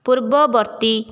ପୂର୍ବବର୍ତ୍ତୀ